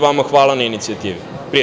Vama hvala na inicijativi.